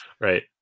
Right